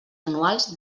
anuals